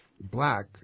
black